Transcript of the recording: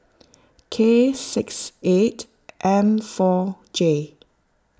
K six eight M four J